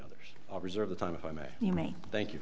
others i'll reserve the time if i may you may thank you